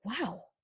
Wow